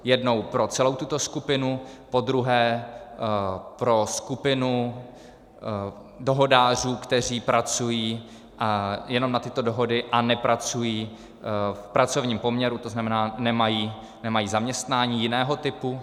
Jednou pro celou tuto skupinu, podruhé pro skupinu dohodářů, kteří pracují jenom na tyto dohody a nepracují v pracovním poměru, to znamená, nemají zaměstnání jiného typu.